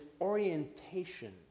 orientation